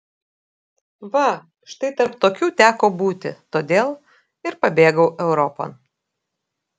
va štai tarp tokių teko būti todėl ir pabėgau europon